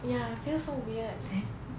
ya feel so weird